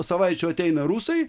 savaičių ateina rusai